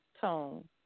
tone